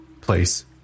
place